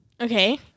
Okay